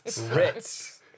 Ritz